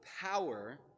power